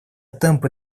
темпы